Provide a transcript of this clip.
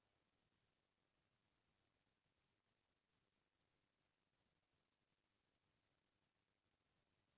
खाता म पइसा जमा करबे, निकालबे, पइसा भेजबे सब्बो के हिसाब पासबुक म होथे